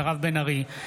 מירב בן ארי,